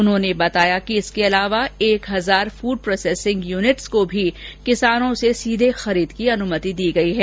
उन्होंने बताया कि इसके अलावा एक हजार फूड प्रोसेसिंग यूनिट्स को भी किसानों से सीधे खरीद की अनुमति दी गई है